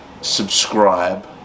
subscribe